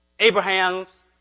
Abraham's